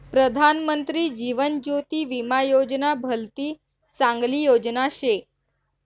प्रधानमंत्री जीवन ज्योती विमा योजना भलती चांगली योजना शे